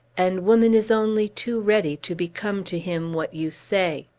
and woman is only too ready to become to him what you say!